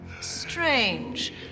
Strange